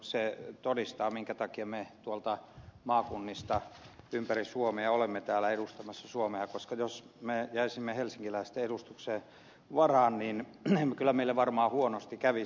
se todistaa minkä takia me tuolta maakunnista ympäri suomea olemme täällä edustamassa suomea koska jos me jäisimme helsinkiläisten edustuksen varaan kyllä meille varmaan huonosti kävisi